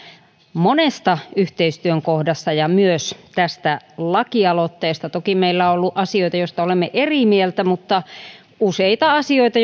monesta yhteistyön kohdasta ja myös tästä lakialoitteesta toki meillä on ollut asioita joista olemme eri mieltä mutta useita asioita